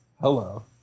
Hello